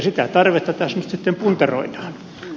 sitä tarvetta tässä nyt sitten puntaroidaan